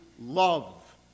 love